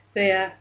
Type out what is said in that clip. so ya